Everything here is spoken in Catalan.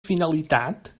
finalitat